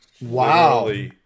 Wow